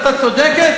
אתה סגן שר ואתה